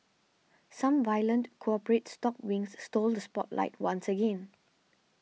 some violent corporate stock wings stole the spotlight once again